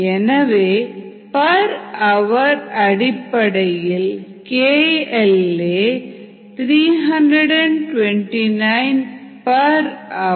எனவே per hour அடிப்படையில் KL a 329h ஆகும்